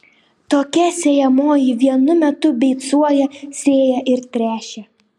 tokia sėjamoji vienu metu beicuoja sėja ir tręšia